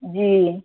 جی